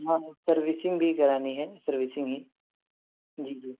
ہاں سروسنگ بھی کرانی ہے سروسنگ ہی جی جی